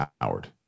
Howard